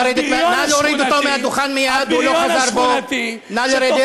הבריון השכונתי, נא לרדת.